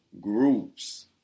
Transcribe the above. groups